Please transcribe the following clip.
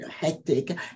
hectic